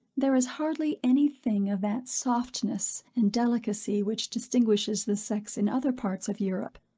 there is hardly any thing of that softness and delicacy which distinguishes the sex in other parts of europe.